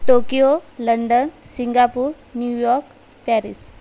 Tokyo London Singapore New York Paris